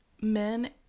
men